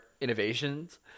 innovations